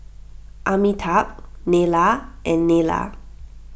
Amitabh Neila and Neila